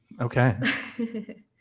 Okay